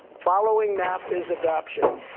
following nafta's adoption,